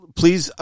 please